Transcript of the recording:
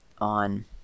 on